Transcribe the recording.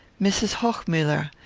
mrs. hochmuller.